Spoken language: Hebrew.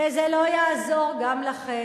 וזה לא יעזור גם לכם.